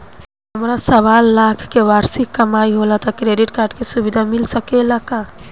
हमार सवालाख के वार्षिक कमाई होला त क्रेडिट कार्ड के सुविधा मिल सकेला का?